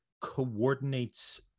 coordinates